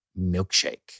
milkshake